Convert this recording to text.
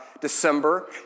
December